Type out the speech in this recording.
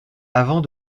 avant